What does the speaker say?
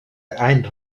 any